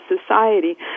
society